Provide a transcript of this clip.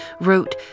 wrote